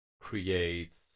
creates